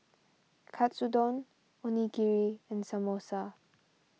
Katsudon Onigiri and Samosa